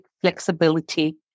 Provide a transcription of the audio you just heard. flexibility